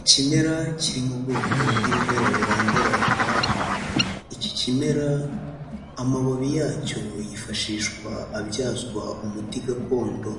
Ikimera kiri mu bwoko bw'ibimera birandaranda, iki kimera amababi yacyo yifashishwa abyazwa umuti gakondo.